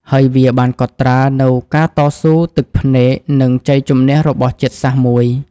ហើយវាបានកត់ត្រានូវការតស៊ូ ទឹកភ្នែក និងជ័យជម្នះរបស់ជាតិសាសន៍មួយ។